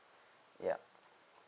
ya